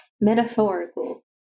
metaphorical